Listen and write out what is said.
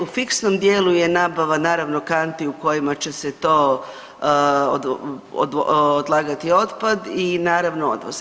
U fiksnom dijelu je nabava naravno kanti u kojima će se odlagati otpad i naravno odvoz.